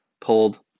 pulled